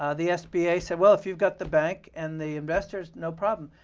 ah the sba said, well, if you've got the bank and the investors, no problem.